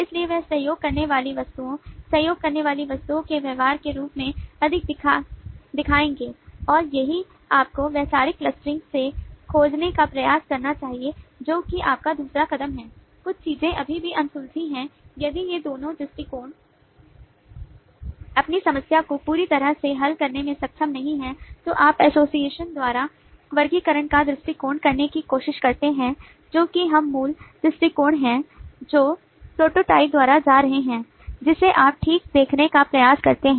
इसलिए वे सहयोग करने वाली वस्तुओं सहयोग करने वाली वस्तुओं के व्यवहार के रूप में अधिक दिखाएंगे और यही आपको वैचारिक क्लस्टरिंग से खोजने का प्रयास करना चाहिए जो कि आपका दूसरा कदम है कुछ चीजें अभी भी अनसुलझी हैं यदि ये दोनों दृष्टिकोण आपकी समस्या को पूरी तरह से हल करने में सक्षम नहीं हैं तो आप association द्वारा वर्गीकरण का दृष्टिकोण करने की कोशिश करते हैं जो कि हम मूल दृष्टिकोण है जो प्रोटोटाइप द्वारा जा रहे हैं जिसे आप ठीक देखने का प्रयास करते हैं